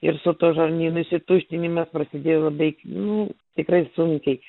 ir su tuo žarnynu išsituštinimas prasidėjo labai nu tikrai sunkiai